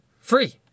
free